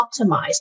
optimized